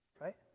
right